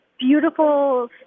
beautiful